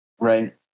Right